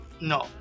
No